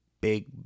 big